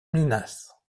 minas